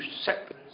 separate